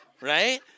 right